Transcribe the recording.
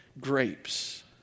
grapes